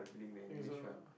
think so ah